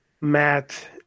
Matt